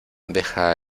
deja